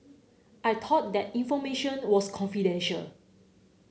I thought that information was confidential